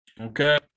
Okay